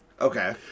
okay